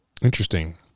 Interesting